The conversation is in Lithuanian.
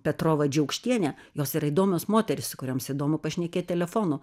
petrova džiaukštienė jos yra įdomios moterys su kurioms įdomu pašnekėt telefonu